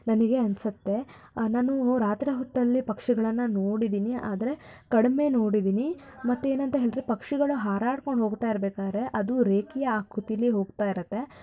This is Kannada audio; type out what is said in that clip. ನನಗೆ ಅನಿಸುತ್ತೆ ನಾನು ರಾತ್ರಿ ಹೊತ್ತಲ್ಲಿ ಪಕ್ಷಿಗಳನ್ನು ನೋಡಿದ್ದೀನಿ ಆದರೆ ಕಡಿಮೆ ನೋಡಿದ್ದೀನಿ ಮತ್ತೆ ಏನಂತ ಹೇಳಿದರೆ ಪಕ್ಷಿಗಳು ಹಾರಾಡ್ಕೊಂಡು ಹೋಗ್ತಾ ಇರ್ಬೇಕಾದ್ರೆ ಅದು ರೇಕಿ ಆಕೃತೀಲಿ ಹೋಗ್ತಾ ಇರತ್ತೆ